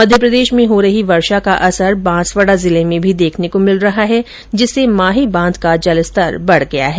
मध्यप्रदेश में हो रही वर्षा का असर बांसवाडा जिले में भी देखने को मिल रहा है जिससे माही बांध का जलस्तर बढ गया है